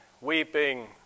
weeping